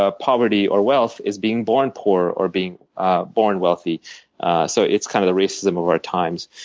ah poverty or wealth is being born poor or being ah born wealthy so it's kind of the racism of our times.